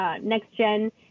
next-gen